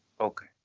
Okay